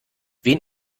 wen